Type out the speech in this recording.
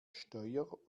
steuer